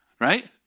Right